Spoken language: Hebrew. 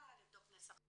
לבדוק נסח טאבו,